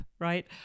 right